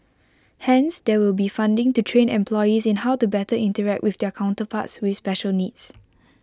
hence there will be funding to train employees in how to better interact with their counterparts with special needs